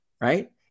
right